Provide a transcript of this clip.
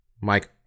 Mike